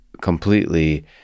completely